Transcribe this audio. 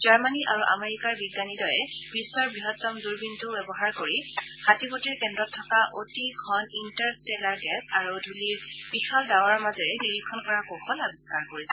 Germany আৰু আমেৰিকাৰ বিজ্ঞানীদ্বয়ে বিশ্বৰ বৃহত্তম দূৰবীণটো ব্যৱহাৰ কৰি হাতীপটিৰ কেন্দ্ৰত থকা অতি ঘন ইণ্টাৰ ষ্টেলাৰ গেছ আৰু ধুলিৰ বিশাল ডাৱৰৰ মাজেৰে নিৰীক্ষণ কৰা কৌশল আৱিষ্কাৰ কৰিছে